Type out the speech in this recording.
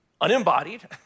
unembodied